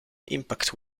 impact